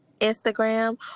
Instagram